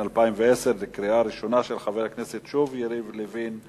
אין מתנגדים ואין נמנעים.